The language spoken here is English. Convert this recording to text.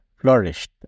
flourished